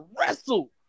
wrestle